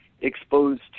exposed